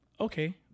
okay